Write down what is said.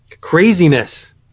Craziness